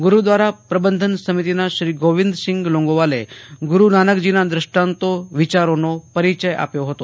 ગુરૂદ્વારા પ્રબંધન સમિતિના શ્રી ગોવિંદસિંઘ લોગોવાલે ગુરૂનાનકજીના દ્રષ્ટાંતો વિચારોનો પરિચય આપ્યો હતો